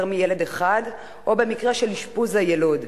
מילד אחד או במקרה של אשפוז היילוד,